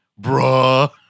bruh